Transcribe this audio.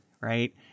right